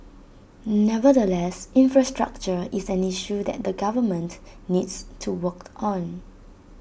nevertheless infrastructure is an issue that the government needs to work on